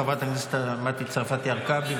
חברת הכנסת מטי צרפתי הרכבי,